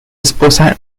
esposa